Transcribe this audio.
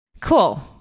Cool